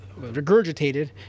regurgitated